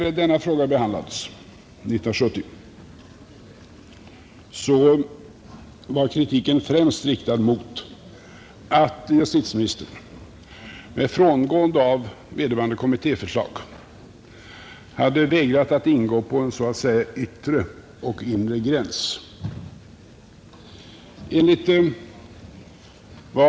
När denna fråga behandlades 1970 var kritiken främst riktad mot att justitieministern med frångående av vederbörande kommittés förslag hade vägrat att ingå på en så att säga yttre och inre gräns.